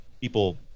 people